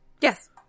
Yes